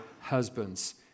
husband's